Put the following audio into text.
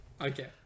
Okay